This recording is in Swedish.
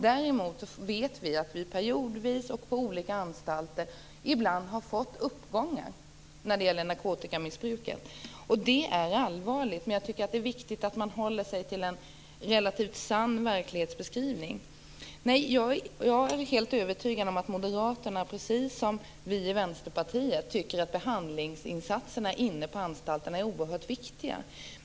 Däremot vet vi att vi periodvis och på olika anstalter ibland har fått uppgångar i narkotikamissbruket. Det är allvarligt, men jag tycker att det är viktigt att man håller sig till en relativt sann verklighetsbeskrivning. Jag är helt övertygad om att Moderaterna, precis som vi i Vänsterpartiet, tycker att behandlingsinsatserna inne på anstalterna är oerhört viktiga.